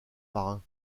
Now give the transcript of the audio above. marins